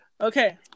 Okay